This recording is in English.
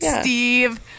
Steve